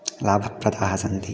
लाभप्रदाः सन्ति